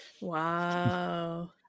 Wow